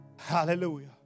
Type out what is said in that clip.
hallelujah